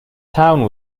town